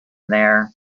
there